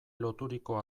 loturiko